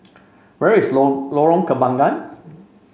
where is Lorong Kembagan